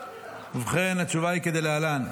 ובכן, התשובה היא כדלהלן.